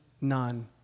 none